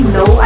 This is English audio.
no